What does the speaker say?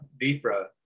vipra